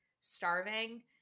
starving